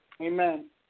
Amen